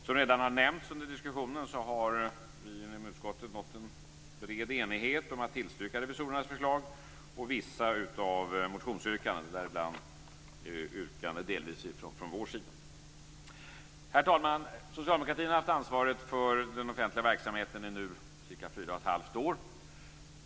Som redan har nämnts under diskussionen har vi inom utskottet nått en bred enighet om att tillstyrka revisorernas förslag och vissa av motionsyrkandena, däribland delvis ett yrkande från vår sida. Herr talman! Socialdemokratin har haft ansvaret för den offentliga verksamheten under cirka fyra och ett halvt år nu.